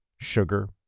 sugar